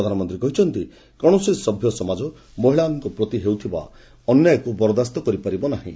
ପ୍ରଧାନମନ୍ତ୍ରୀ କହିଛନ୍ତି କୌଣସି ସଭ୍ୟ ସମାଜ ମହିଳାମାନଙ୍କ ପ୍ରତି ହେଉଥିବା ଅନ୍ୟାୟକୁ ବରଦାସ୍ତ କରିପାରିବ ନାହିଁ